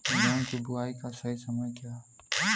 गेहूँ की बुआई का सही समय क्या है?